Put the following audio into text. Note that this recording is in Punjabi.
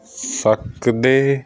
ਸਕਦੇ